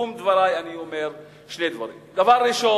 לסיכום דברי אציין שני דברים: דבר ראשון,